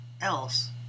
else